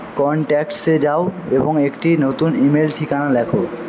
কনট্যাক্টসে যাও এবং একটি নতুন ইমেইল ঠিকানা লেখো